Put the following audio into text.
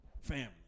family